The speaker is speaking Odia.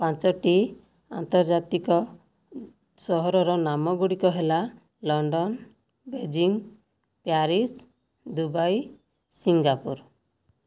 ପାଞ୍ଚଟି ଆନ୍ତର୍ଜାତିକ ସହରର ନାମଗୁଡ଼ିକ ହେଲା London Beijing Paris Dubai Singapore